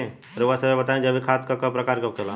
रउआ सभे बताई जैविक खाद क प्रकार के होखेला?